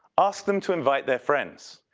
ask them to invite their friends.